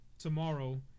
tomorrow